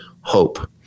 hope